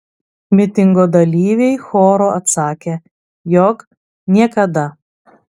mitingo dalyviai choru atsakė jog niekada